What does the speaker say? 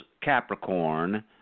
Capricorn